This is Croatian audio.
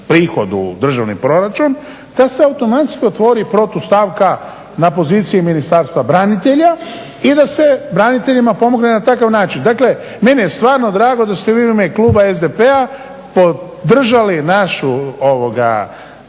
prihod u državni proračun da se automatski otvori protu stavka na poziciji Ministarstva branitelja i da se braniteljima pomogne na takav način. Dakle, meni je stvarno drago da ste vi u ime kluba SDP-a podržali našu težnju